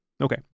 Okay